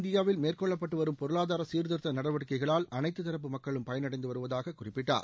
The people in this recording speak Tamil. இந்தியாவில் மேற்கொள்ளப்பட்டுவரும் பொருளாதார சீர்திருத்த நடவடிக்கைகளால் அனைத்து தரப்பு மக்களும் பயனடைந்து வருவதாக அவர் குறிப்பிட்டார்